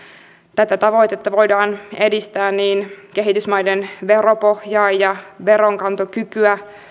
tätä tavoitetta voidaan edistää niin kehitysmaiden veropohjaa ja veronkantokykyä